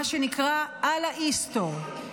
מה שנקרא "אללה יוסתור".